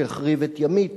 שהחריב את ימית